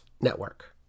Network